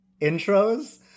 intros